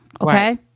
okay